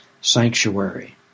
sanctuary